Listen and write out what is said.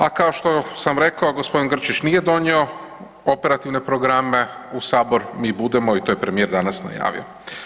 A kao što sam rekao g. Grčić nije donio operativne programe u Sabor, mi budemo i to je premijer danas najavio.